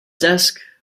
desk